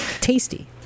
tasty